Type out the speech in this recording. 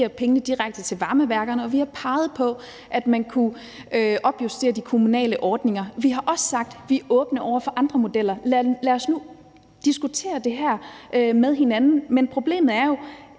man giver pengene direkte til varmeværkerne, og vi har peget på, at man kunne opjustere de kommunale ordninger. Vi har også sagt, at vi er åbne over for andre modeller. Lad os nu diskutere det her med hinanden. Men problemet er jo,